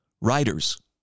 writers